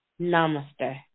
namaste